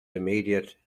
immediate